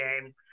game